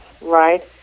right